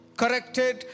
corrected